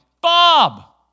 Bob